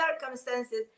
circumstances